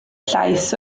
llais